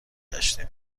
گشتم